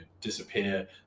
disappear